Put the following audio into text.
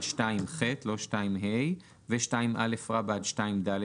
2(ב)-2(ה) ו-2א עד 2ד,